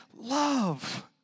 Love